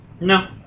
No